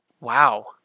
wow